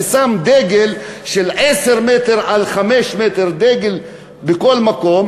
ושם דגל של 10 על 5 מטרים בכל מקום,